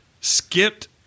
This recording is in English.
skipped